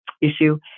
issue